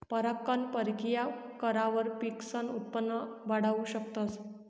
परागकण परकिया करावर पिकसनं उत्पन वाढाऊ शकतस